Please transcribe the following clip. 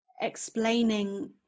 explaining